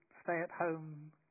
stay-at-home